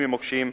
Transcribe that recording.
לפינוי ממוקשים,